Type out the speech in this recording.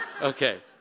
Okay